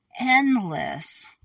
endless